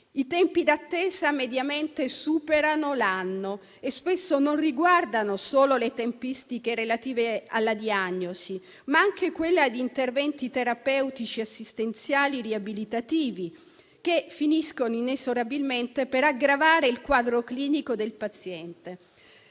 I tempi di attesa mediamente superano l'anno e spesso riguardano non solo le tempistiche relative alla diagnosi, ma anche quelle di interventi terapeutici e assistenziali-riabilitativi, che finiscono inesorabilmente per aggravare il quadro clinico del paziente.